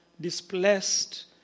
displaced